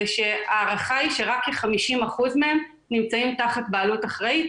זה שההערכה היא שרק כ-50% מהם נמצאים תחת בעלות אחראית,